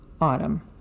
autumn